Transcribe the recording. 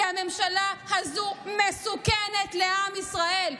כי הממשלה הזאת מסוכנת לעם ישראל.